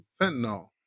fentanyl